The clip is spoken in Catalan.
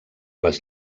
les